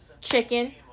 chicken